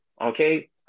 okay